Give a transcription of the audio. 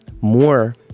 More